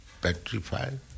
petrified